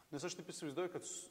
nes aš taip įsivaizduoju kad s